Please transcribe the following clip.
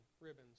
ribbons